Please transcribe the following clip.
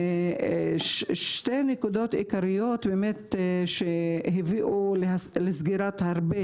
שתי נקודות עיקריות שהביאו לסגירת הרבה